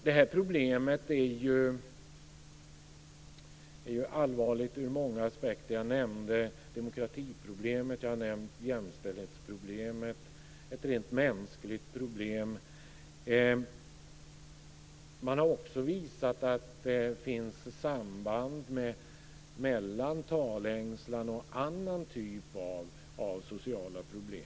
Det här problemet är allvarligt ur många aspekter. Jag nämnde demokratiproblemet. Jag har nämnt jämställdhetsproblemet. Och det är ett rent mänskligt problem. Man har också visat att det finns samband mellan talängslan och andra typer av sociala problem.